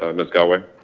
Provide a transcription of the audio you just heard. um miss galloway?